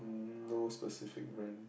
mm no specific brand